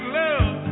love